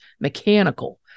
mechanical